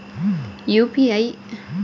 UPI ఏ విధంగా ఉపయోగిస్తారు?